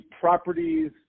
properties